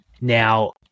Now